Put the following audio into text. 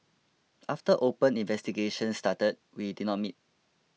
after open investigations started we did not meet